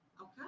Okay